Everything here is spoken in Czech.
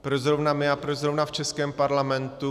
Proč zrovna my a proč zrovna v českém Parlamentu?